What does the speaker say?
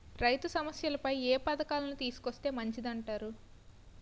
రైతు సమస్యలపై ఏ పథకాలను తీసుకొస్తే మంచిదంటారు?